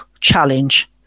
challenge